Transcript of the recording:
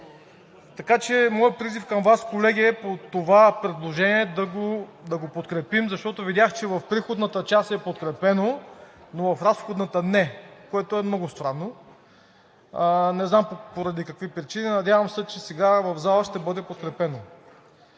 реализация. Моят призив към Вас, колеги, е да подкрепим предложението, защото видях, че в приходната част е подкрепено, но в разходната не, което е много странно. Не знам поради какви причини. Надявам се, че сега в залата ще бъде подкрепено.